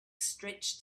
stretch